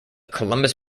columbus